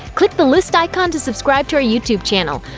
click the list icon to subscribe to our youtube channel.